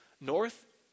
North